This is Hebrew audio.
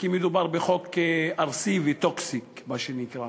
כי מדובר בחוק ארסי ו ,toxic-מה שנקרא,